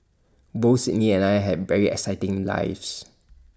both Sydney and I had very exciting lives